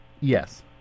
Yes